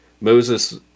Moses